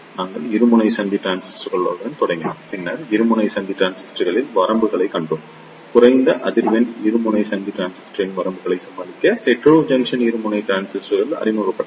நாங்கள் இருமுனை சந்தி டிரான்சிஸ்டருடன் தொடங்கினோம் பின்னர் இருமுனை சந்தி டிரான்சிஸ்டர்களின் வரம்புகளைக் கண்டோம் குறைந்த அதிர்வெண் இருமுனை சந்தி டிரான்சிஸ்டரின் வரம்புகளை சமாளிக்க ஹெட்டோரோஜங்க்ஷன் இருமுனை டிரான்சிஸ்டர்கள் அறிமுகப்படுத்தப்பட்டன